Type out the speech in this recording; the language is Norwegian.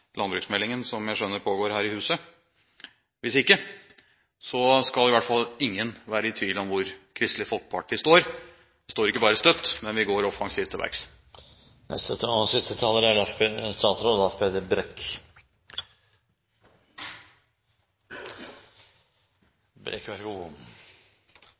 landbruksmeldingen som jeg skjønner pågår her i huset. Hvis ikke skal i hvert fall ingen være i tvil om hvor Kristelig Folkeparti står – vi står ikke bare støtt, men vi går offensivt til verks. Jeg vil også både takke interpellanten for interpellasjonen og